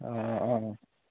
অঁ অঁ